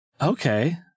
Okay